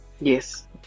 yes